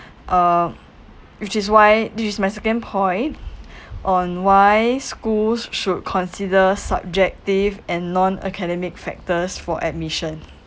uh which is why this is my second point on why schools should consider subjective and non-academic factors for admission